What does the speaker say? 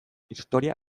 historia